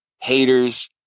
haters